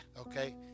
okay